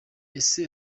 ese